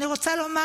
אני רוצה לומר,